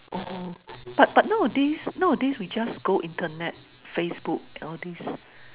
oh but but nowadays nowadays we just go internet Facebook all these